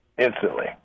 instantly